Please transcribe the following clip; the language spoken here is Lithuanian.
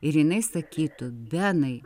ir jinai sakytų benai